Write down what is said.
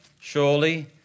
surely